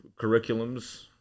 curriculums